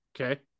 Okay